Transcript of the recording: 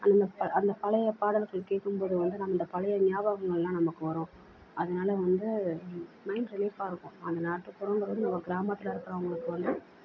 அந்த ப அந்த பழைய பாடல்கள் கேட்கும்போது வந்து நம்ம இந்த பழைய ஞாபகங்களெலாம் நமக்கு வரும் அதனால் வந்து மைண்ட் ரிலீஃபாக இருக்கும் அந்த நாட்டுப்புறங்கிறது வந்து நம்ம கிராமத்தில் இருக்கிறவங்களுக்கு வந்து